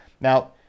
Now